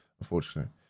unfortunately